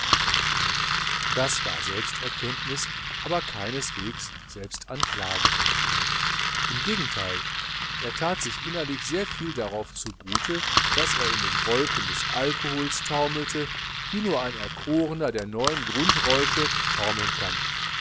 das war selbsterkenntnis aber keineswegs selbstanklage im gegenteil er that sich innerlich sehr viel darauf zu gute daß er in den wolken des alkohols taumelte wie nur ein erkorener der neun grundräusche taumeln kann